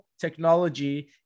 technology